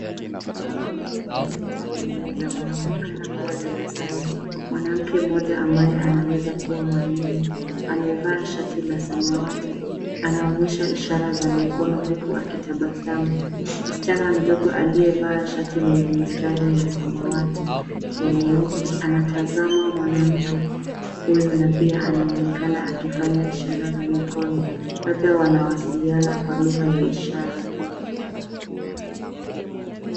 Watu wawili wameketi kwenye meza wanaonekana kuwa darasani. Mwanamke mmoja ambaye anaweza kuwa mwalimu amevaa shati la samawati. Anaonyesha ishara za mikono huku akitabasamu. Msichana mdogo aliyevaa shati lenye mistari ya samawati na nyeupe anatazama mwanamke huyu na pia anaonekana akifanya ishara za mikono. Labda wanawasiliana kwa lugha ya ishara.